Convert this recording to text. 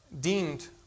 deemed